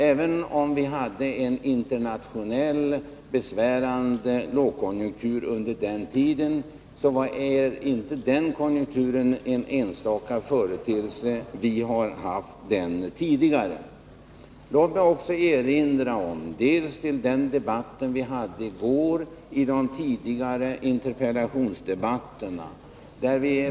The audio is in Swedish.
Även om det var en internationell och besvärande lågkonjunktur under den tiden, så var det ju inte en enstaka företeelse. Lågkonjunkturer har förekommit tidigare. Låt mig vidare erinra om dels den debatt som vi hade i går, dels tidigare interpellationsdebatter.